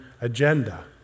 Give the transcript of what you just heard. agenda